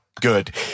good